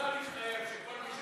השר התחייב שכל מי,